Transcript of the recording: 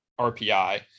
RPI